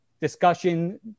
discussion